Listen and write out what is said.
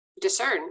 discern